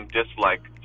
dislike